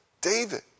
David